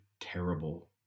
terrible